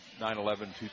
9-11